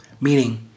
meaning